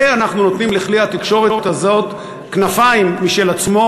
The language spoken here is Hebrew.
ואנחנו נותנים לכלי התקשורת הזה כנפיים משל עצמו.